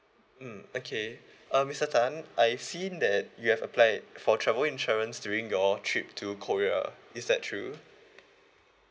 mm okay uh mister tan I've seen that you have applied for travel insurance during your trip to korea is that true